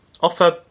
offer